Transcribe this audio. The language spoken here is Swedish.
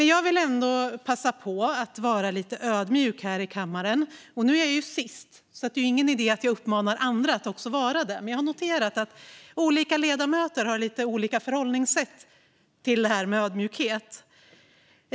Jag vill passa på att vara lite ödmjuk här i kammaren. Jag är sist på talarlistan, så det är ingen idé att jag uppmanar andra att också vara det. Jag har dock noterat att olika ledamöter har lite olika förhållningssätt till ödmjukhet.